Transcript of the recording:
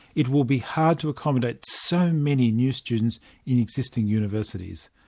it will be hard to accommodate so many new students in existing universities.